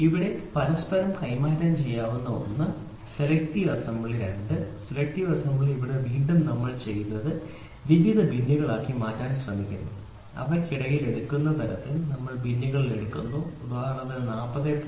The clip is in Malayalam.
ഇവിടെ പരസ്പരം കൈമാറ്റം ചെയ്യാവുന്ന ഒന്ന് സെലക്ടീവ് അസംബ്ലി രണ്ട് സെലക്ടീവ് അസംബ്ലി വീണ്ടും ഇവിടെ നമ്മൾ ചെയ്യുന്നത് നിരവധി ബിന്നുകളാക്കി മാറ്റാൻ ശ്രമിക്കുന്നു അവയ്ക്കിടയിൽ എടുക്കുന്ന തരത്തിൽ നമ്മൾ ബിന്നിൽ നിന്ന് എടുക്കുന്നു ഉദാഹരണത്തിന് ഇത് 40